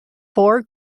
four